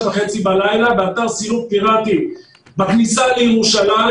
וחצי בלילה באתר סיור פיראטי בכניסה לירושלים,